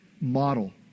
model